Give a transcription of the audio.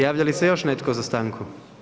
Javlja li se još netko za stanku?